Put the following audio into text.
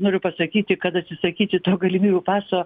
noriu pasakyti kad atsisakyti to galimybių paso